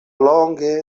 longe